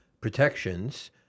protections